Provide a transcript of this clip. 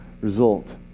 result